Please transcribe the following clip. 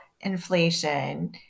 inflation